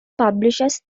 publishes